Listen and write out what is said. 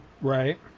Right